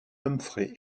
humphrey